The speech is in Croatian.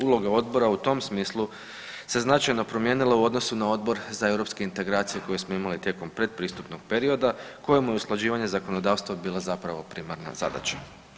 Uloga odbora u tom smislu se značajno promijenila u odnosu na Odbor za europske integracije koje smo imali tijekom pretpristupnog perioda kojemu je usklađivanje zakonodavstva bila zapravo primarna zadaća.